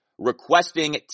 Requesting